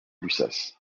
lussas